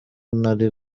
nari